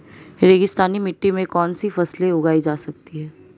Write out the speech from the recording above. रेगिस्तानी मिट्टी में कौनसी फसलें उगाई जा सकती हैं?